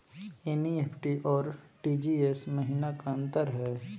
NEFT अरु RTGS महिना का अंतर हई?